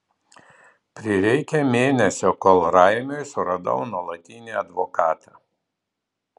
prireikė mėnesio kol raimiui suradau nuolatinį advokatą